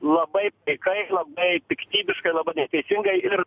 labai paikai labai piktybiškai labai neteisingai ir